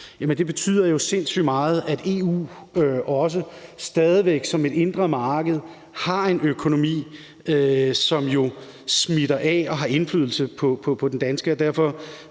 det betyder jo sindssygt meget, at EU også stadig væk som et indre marked har en økonomi, som smitter af og har indflydelse på den danske.